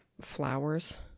flowers